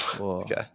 Okay